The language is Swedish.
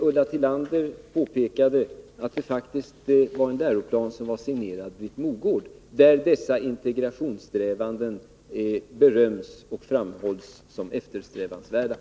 Ulla Tillander påpekade att läroplanen faktiskt 26 oktober 1982 var signerad Britt Mogård. I denna läroplan beröms dessa integrationssträ vanden och framhålls som eftersträvansvärda.